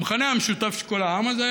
המכנה המשותף של כל העם הזה,